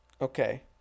Okay